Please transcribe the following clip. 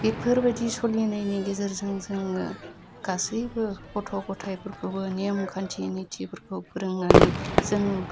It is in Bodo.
बेफोरबायदि सलिनायनि गेजेरजों जोङो गासैबो गथ' गथाइफोरखौ नेमखान्थि निथिफोरखौ फोरोंनानै जोङो